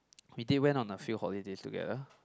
we did went on a few holidays together